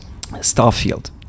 Starfield